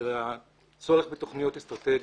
וזה הצורך בתוכניות אסטרטגיות.